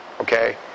okay